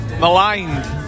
maligned